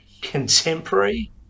contemporary